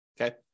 Okay